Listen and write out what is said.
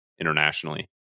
internationally